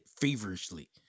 feverishly